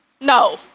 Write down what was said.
No